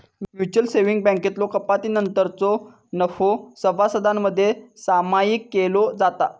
mutual savings बँकेतलो कपातीनंतरचो नफो सभासदांमध्ये सामायिक केलो जाता